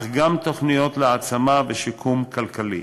אך גם תוכניות להעצמה ושיקום כלכלי.